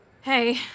Hey